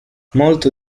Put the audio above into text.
molto